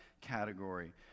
category